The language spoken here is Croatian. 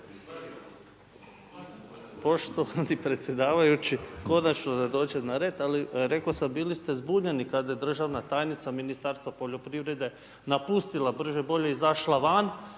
Poštovani predsjedavajući, konačno da dođe na red, ali rekao sam, bili ste zbunjeni, kada je državna tajnica Ministarstva poljoprivrede, napustila brže i bolje i izašla van,